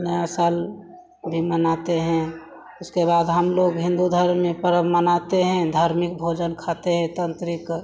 नया साल भी मनाते हैं उसके बाद हमलोग हिन्दू धर्म में पर्व मनाते हैं धार्मिक भोजन खाते हैं तान्त्रिक